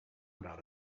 about